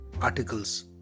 articles